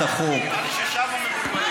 שהצעת החוק, נראה לי ששם מבולבלים.